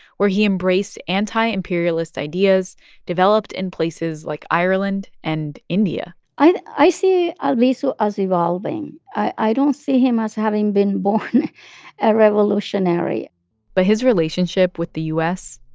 where he embraced anti-imperialist ideas developed in places like ireland and india i see albizu as evolving. i don't see him as having been born a revolutionary but his relationship with the u s.